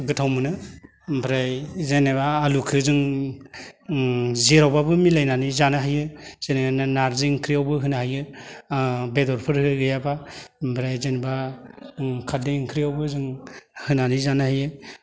गोथाव मोनो ओमफ्राय जेनेबा आलुखौ जों जेरावबाबो मिलायनानै जानो हायो जेनेबा नारजि ओंख्रियावबो होनो हायो बेदरफोर गैयाबा ओमफ्राय जेनेबा खारदै ओंख्रिआवबो जों होनानै जानो हायो